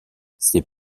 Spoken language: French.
ses